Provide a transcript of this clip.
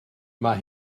mae